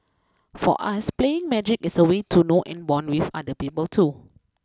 for us playing magic is a way to know and bond with other people too